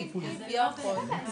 זה שלושה או ארבע עיגולים.